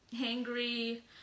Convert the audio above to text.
angry